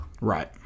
Right